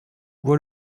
bois